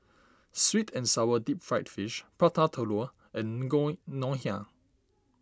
Sweet and Sour Deep Fried Fish Prata Telur and Ngoh Hiang